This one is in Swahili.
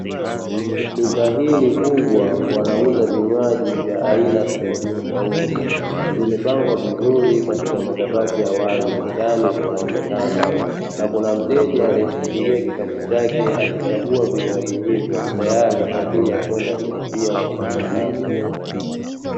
Duka hili kubwa wanauza vinywaji vya aina tofautitofauti, vimepangwa vizuri katika makabati ya wazi yaani vinaonekana, na kuna mteja aliyeshikilia kikapu chake akichagua vinywaji hivyo, tayari kwa ajili ya kwenda kulipia kuondoka navyo.